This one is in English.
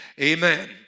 Amen